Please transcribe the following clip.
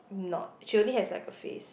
not she only has like a face